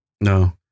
No